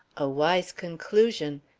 a wise conclusion!